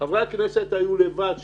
חברי הכנסת היו לבד שם.